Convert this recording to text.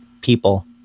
people